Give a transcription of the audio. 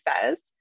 says